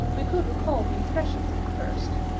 we could recall the impressions of the first,